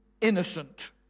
innocent